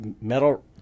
metal